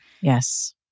Yes